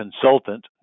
consultant